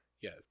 Yes